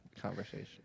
conversation